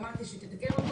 אמרת שתתקן אותו.